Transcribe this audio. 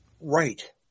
Right